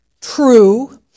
true